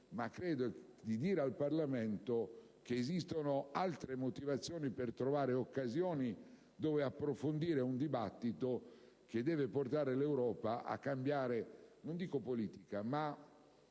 di dover dire al Parlamento che esistono altre motivazioni per trovare occasioni dove approfondire un dibattito che deve portare l'Europa a cambiare, non dico politica, ma